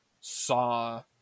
saw